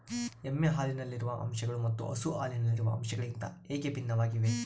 ಎಮ್ಮೆ ಹಾಲಿನಲ್ಲಿರುವ ಅಂಶಗಳು ಮತ್ತು ಹಸು ಹಾಲಿನಲ್ಲಿರುವ ಅಂಶಗಳಿಗಿಂತ ಹೇಗೆ ಭಿನ್ನವಾಗಿವೆ?